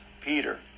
Peter